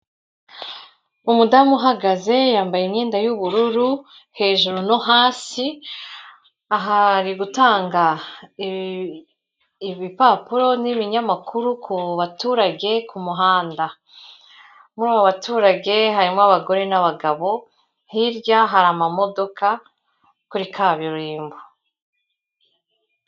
Umudamu uhagaze yambaye imyenda y'ubururu hejuru no hasi aha ari gutanga ibipapuro n'ibinyamakuru ku baturage ku muhanda, muri abo baturage harimo abagore n'abagabo, hirya hari amamodoka kuri kaburimbo.